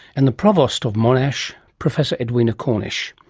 and the provost of monash, professor edwina cornish.